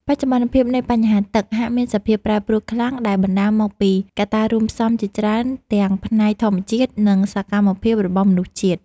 បច្ចុប្បន្នភាពនៃបញ្ហាទឹក ហាក់មានសភាពប្រែប្រួលខ្លាំងដែលបណ្តាលមកពីកត្តារួមផ្សំជាច្រើនទាំងផ្នែកធម្មជាតិ និង សកម្មភាពរបស់មនុស្សជាតិ។